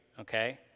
okay